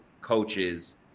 coaches